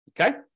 Okay